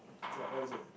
what what is it